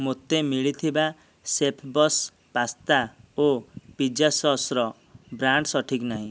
ମୋତେ ମିଳିଥିବା ଶେଫ୍ବସ୍ ପାସ୍ତା ଓ ପିଜ୍ଜା ସସ୍ର ବ୍ରାଣ୍ଡ୍ ସଠିକ୍ ନାହିଁ